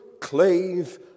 clave